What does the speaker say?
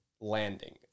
landing